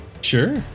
sure